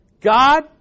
God